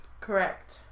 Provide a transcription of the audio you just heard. Correct